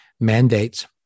mandates